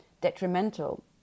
detrimental